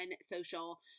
social